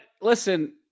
listen